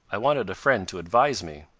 i wanted a friend to advise me.